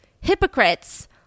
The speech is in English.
hypocrites